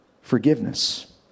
forgiveness